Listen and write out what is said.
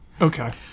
okay